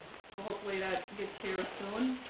so hopefully that gets here soon